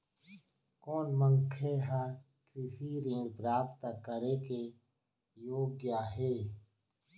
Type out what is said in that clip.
कोन मनखे ह कृषि ऋण प्राप्त करे के योग्य हे?